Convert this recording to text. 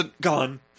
gone